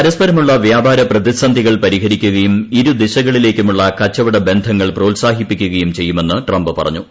പരസ്പരമുള്ള വ്യാപാര പ്രതിസന്ധികൾ പരിഹരിക്കുകയും ഇരുദിശകളിലേക്കുമുള്ള കച്ചവട ബന്ധങ്ങൾ പ്രോത്സാഹിപ്പിക്കുകയും ചെയ്യുമെന്ന് ട്രംപ് പറഞ്ഞു